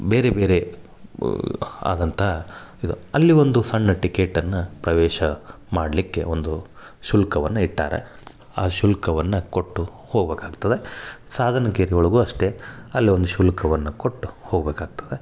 ಬೇರೆ ಬೇರೆ ಆದಂಥ ಇದು ಅಲ್ಲಿ ಒಂದು ಸಣ್ಣ ಟಿಕೆಟನ್ನು ಪ್ರವೇಶ ಮಾಡಲಿಕ್ಕೆ ಒಂದು ಶುಲ್ಕವನ್ನು ಇಟ್ಟಾರ ಆ ಶುಲ್ಕವನ್ನು ಕೊಟ್ಟು ಹೋಗ್ಬಕಾಗ್ತದೆ ಸಾಧನ್ಕೇರಿಯೊಳಗೂ ಅಷ್ಟೇ ಅಲ್ಲೊಂದು ಶುಲ್ಕವನ್ನು ಕೊಟ್ಟು ಹೋಗ್ಬೆಕಾಗ್ತದೆ